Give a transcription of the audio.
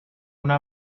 una